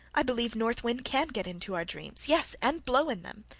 i believe north wind can get into our dreams yes, and blow in them.